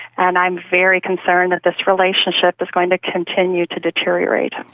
and i'm very concerned that this relationship is going to continue to deteriorate.